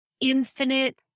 infinite